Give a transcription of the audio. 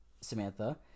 samantha